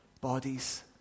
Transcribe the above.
bodies